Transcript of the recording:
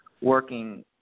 working